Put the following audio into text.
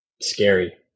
scary